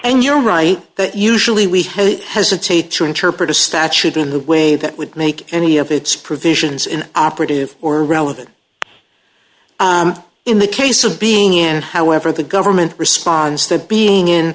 and you're right that usually we have the hesitate to interpret a statute in the way that would make any of its provisions in operative or relevant in the case of being in however the government response that being in